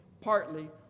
partly